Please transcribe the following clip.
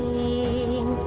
a